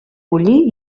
bullir